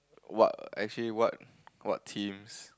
what actually what what teams